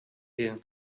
you